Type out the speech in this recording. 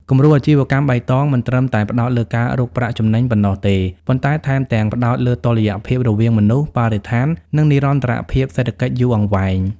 គំរូអាជីវកម្មបៃតងមិនត្រឹមតែផ្ដោតលើការរកប្រាក់ចំណេញប៉ុណ្ណោះទេ ប៉ុន្តែថែមទាំងផ្ដោតលើតុល្យភាពរវាងមនុស្ស បរិស្ថាន និងនិរន្តរភាពសេដ្ឋកិច្ចយូរអង្វែង។